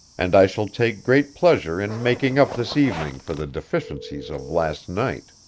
and i shall take great pleasure in making up this evening for the deficiencies of last night.